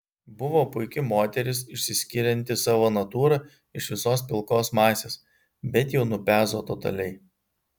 buvo puiki moteris išsiskirianti savo natūra iš visos pilkos masės bet jau nupezo totaliai